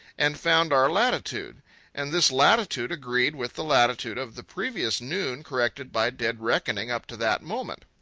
and found our latitude and this latitude agreed with the latitude of the previous noon corrected by dead reckoning up to that moment.